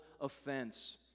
offense